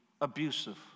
abusive